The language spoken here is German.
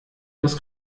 das